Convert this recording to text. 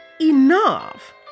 Enough